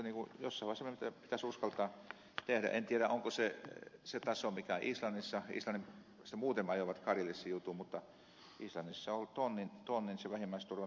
minusta jossain vaiheessa meidän pitäisi uskaltaa tehdä en tiedä onko se oikea taso mikä on islannissa islannissa muuten vain ajoivat karille sen jutun kuten islannissa missä on ollut tonni se vähimmäisturvan taso